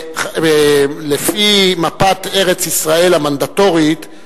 לפי מפת ארץ-ישראל המנדטורית,